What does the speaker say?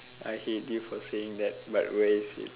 I hate you for saying that but where is it